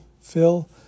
Phil